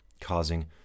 causing